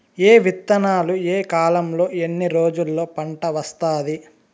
ఏ విత్తనాలు ఏ కాలంలో ఎన్ని రోజుల్లో పంట వస్తాది?